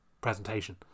presentation